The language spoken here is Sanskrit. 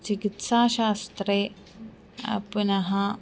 चिकित्साशास्त्रे पुनः